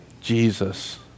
Jesus